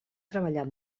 treballar